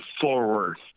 forward